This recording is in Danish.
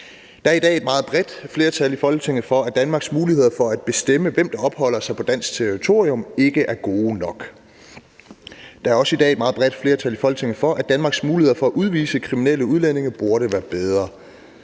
Der er i dag et meget bredt flertal i Folketinget for, at Danmarks muligheder for at bestemme, hvem der opholder sig på dansk territorium, ikke er gode nok. Der er i dag også et meget bredt flertal i Folketinget for, at Danmarks muligheder for at udvise kriminelle udlændinge burde være bedre.